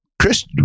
Chris